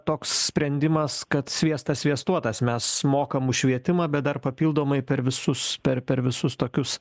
toks sprendimas kad sviestas sviestuotas mes mokam už švietimą bet dar papildomai per visus per per visus tokius